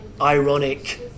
ironic